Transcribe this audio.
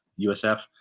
USF